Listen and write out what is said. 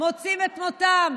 מוצאים את מותם